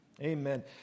Amen